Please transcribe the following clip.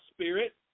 spirit